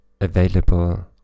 available